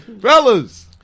Fellas